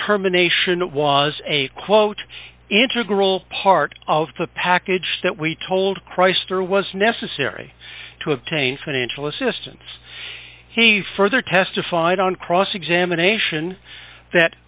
terminations was a quote interger all part of the package that we told christ or was necessary to obtain financial assistance he further testified on cross examination that